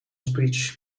spritz